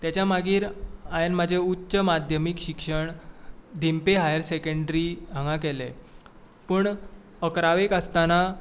तेच्या मागीर हाये म्हाजें उच्च माध्यमीक शिक्षण धेंपे हायर सेकेंडरी हांगा केलें पूण इकरावेक आसताना